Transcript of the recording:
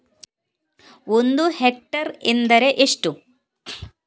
ಒಂದು ಹೆಕ್ಟೇರ್ ಎಂದರೆ ಎಷ್ಟು?